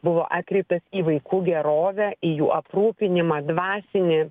buvo atkreiptas į vaikų gerovę į jų aprūpinimą dvasinį